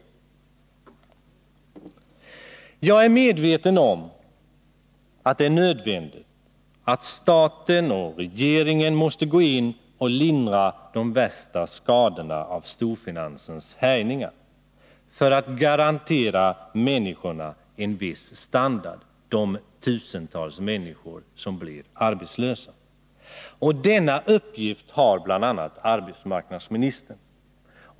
Jag är medveten om nödvändigheten av att staten, regeringen, går in och lindrar de värsta skadorna av storfinansens härjningar, för att garantera de tusentals människor som blir arbetslösa en viss standard. Denna uppgift har bl.a. arbetsmarknadsministern.